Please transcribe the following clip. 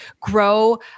grow